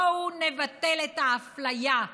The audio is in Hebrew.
בואו נבטל את האפליה,